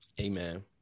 Amen